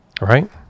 Right